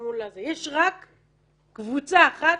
יש רק קבוצה אחת